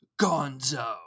Gonzo